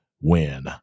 win